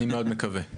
אני מאוד מקווה.